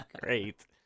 great